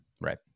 right